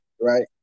right